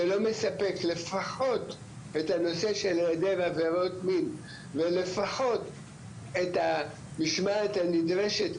שלא מספק לפחות את הנושא של היעדר עבירות מין ולפחות את המשמעת הנדרשת,